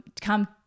come